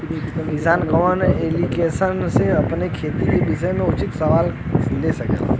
किसान कवन ऐप्लिकेशन से अपने खेती के विषय मे उचित सलाह ले सकेला?